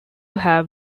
have